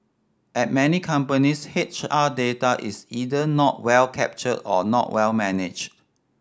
at many companies H R data is either not well captured or not well managed